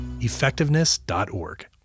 Effectiveness.org